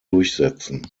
durchsetzen